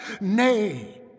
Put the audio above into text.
Nay